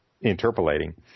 interpolating